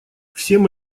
всем